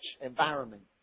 environment